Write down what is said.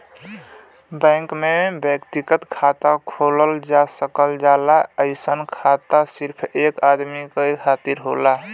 bank में व्यक्तिगत खाता खोलल जा सकल जाला अइसन खाता सिर्फ एक आदमी के खातिर होला